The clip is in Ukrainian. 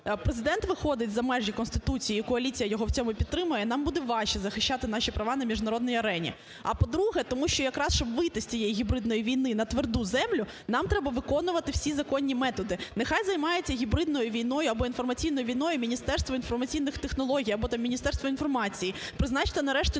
Президент виходить за межі Конституції і коаліція його в цьому підтримує, нам буде важче захищати наші права на міжнародній арені. А, по-друге, тому що якраз, щоб вийти з цієї гібридної війни на тверду землю, нам треба виконувати всі законні методи. Нехай займається гібридною війною або інформаційною війною Міністерство інформаційних технологій або, там, Міністерство інформації призначте, нарешті,